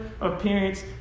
appearance